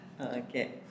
Okay